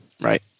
Right